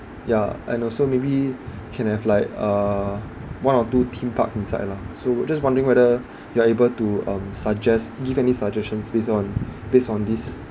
ya and also maybe can have like uh one or two theme parks inside lah so we just wondering whether you are able to um suggest give any suggestions based on based on this